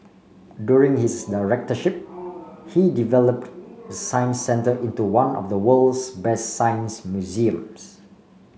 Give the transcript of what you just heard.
during his directorship he develop the Science Centre into one of the world's best science museums